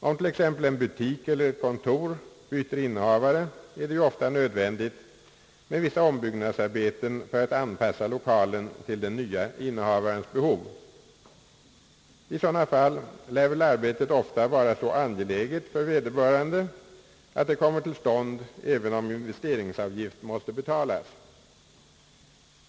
Om t.ex. en butik eller ett kontor byter innehavare, är det ju ofta nödvändigt med vissa ombyggnadsarbeten för att anpassa lokalen till den nya inne havarens behov. I sådana fall lär väl arbetet ofta vara så angeläget för vederbörande, att det kommer till stånd även om investeringsavgift måste betalas.